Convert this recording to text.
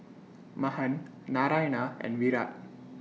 Mahan Narayana and Virat